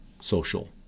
social